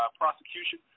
prosecution